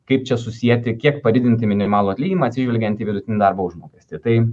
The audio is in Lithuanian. kaip čia susieti kiek padidinti minimalų atlyginimą atsižvelgiant į vidutinį darbo užmokestį tai